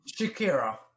Shakira